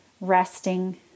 resting